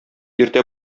иртә